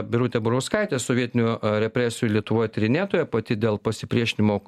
birutė burauskaitė sovietinių represijų lietuvoje tyrinėtoja pati dėl pasipriešinimo